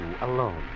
alone